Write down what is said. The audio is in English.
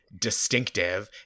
distinctive